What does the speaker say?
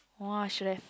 !wah! should have